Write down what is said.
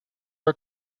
are